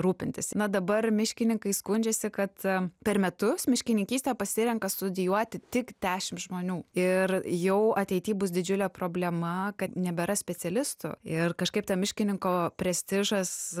rūpintis na dabar miškininkai skundžiasi kad per metus miškininkystę pasirenka studijuoti tik dešimt žmonių ir jau ateity bus didžiulė problema kad nebėra specialistų ir kažkaip ta miškininko prestižas